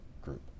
group